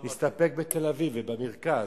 נסתפק בתל-אביב ובמרכז,